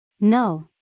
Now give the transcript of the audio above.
No